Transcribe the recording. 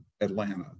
Atlanta